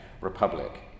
Republic